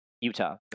Utah